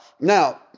Now